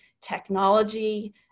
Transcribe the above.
technology